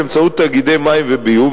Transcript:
באמצעות תאגידי מים וביוב,